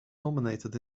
nominated